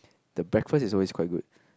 the breakfast is always quite good